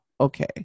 okay